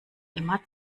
immer